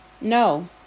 no